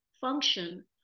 function